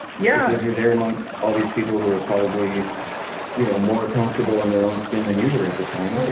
yeah. because you're there amongst all these people who are probably you know more comfortable in their own skin than you were at the time. oh yeah,